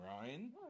Ryan